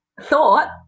thought